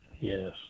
Yes